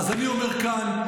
אז אני אומר כאן,